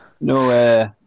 no